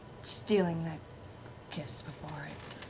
stealing that kiss before, it